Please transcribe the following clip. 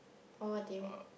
what what do you mean